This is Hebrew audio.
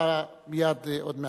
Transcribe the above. אתה מייד, עוד מעט.